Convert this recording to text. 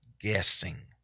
guessing